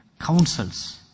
counsels